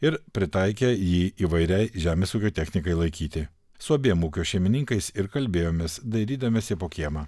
ir pritaikė jį įvairiai žemės ūkio technikai laikyti su abiem ūkio šeimininkais ir kalbėjomės dairydamiesi po kiemą